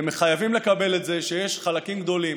אתם חייבים לקבל את זה שיש חלקים גדולים